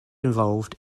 involved